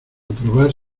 probar